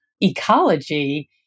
ecology